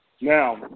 Now